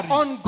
on